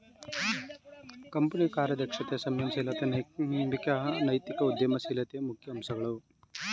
ಕಂಪನಿಯ ಕಾರ್ಯದಕ್ಷತೆ, ಸಂಯಮ ಶೀಲತೆ, ನಂಬಿಕೆ ನೈತಿಕ ಉದ್ಯಮ ಶೀಲತೆಯ ಮುಖ್ಯ ಅಂಶಗಳು